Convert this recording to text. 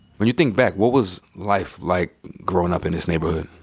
when you think back, what was life like growin' up in this neighborhood?